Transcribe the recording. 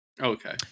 okay